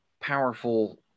powerful